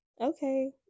okay